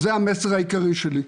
זה המסר העיקרי שלי.